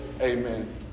Amen